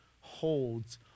holds